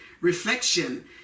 reflection